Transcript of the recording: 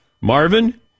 Marvin